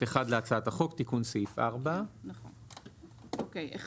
התשפ"ג 2023 תיקון סעיף 4 1. בחוק רשות התעופה האזרחית,